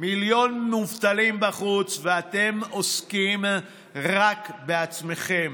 מיליון מובטלים בחוץ, ואתם עוסקים רק בעצמכם.